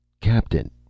Captain